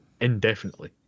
indefinitely